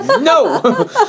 No